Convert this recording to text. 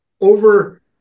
over